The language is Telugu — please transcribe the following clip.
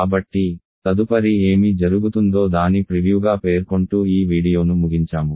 కాబట్టి తదుపరి ఏమి జరుగుతుందో దాని ప్రివ్యూగా పేర్కొంటూ ఈ వీడియోను ముగించాము